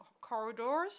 corridors